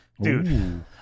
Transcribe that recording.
dude